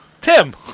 Tim